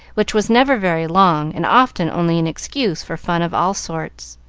which was never very long, and often only an excuse for fun of all sorts.